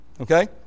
Okay